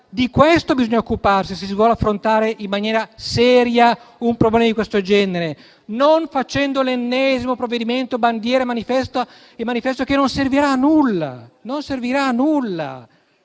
di questo bisogna occuparsi se si vuole affrontare in maniera seria un problema di questo genere, e non facendo l'ennesimo provvedimento bandiera e manifesto, che non servirà a nulla.